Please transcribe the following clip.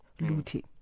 looting